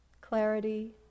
clarity